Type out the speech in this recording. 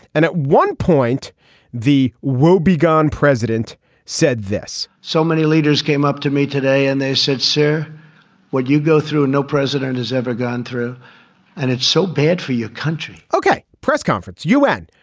and at one point the woebegone president said this so many leaders came up to me today and they said sir would you go through no president has ever gone through and it's so bad for your country ok. press conference u n.